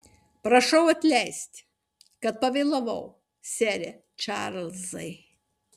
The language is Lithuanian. prašau atleisti kad pavėlavau sere čarlzai